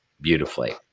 beautifully